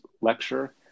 lecture